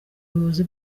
buyobozi